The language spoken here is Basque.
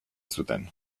zuten